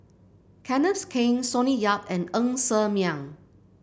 Kenneth Keng Sonny Yap and Ng Ser Miang